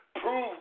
prove